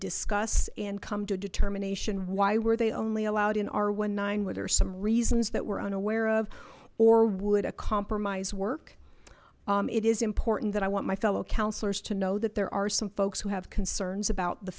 discuss and come to a determination why were they only allowed in r where there's some reasons that we're unaware of or would a compromise work it is important that i want my fellow councillors to know that there are some folks who have concerns about the